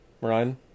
Ryan